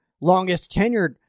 Longest-tenured